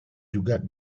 juga